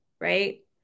right